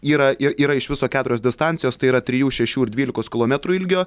yra ir yra iš viso keturios distancijos tai yra trijų šešių ir dvylikos kilometrų ilgio